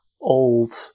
old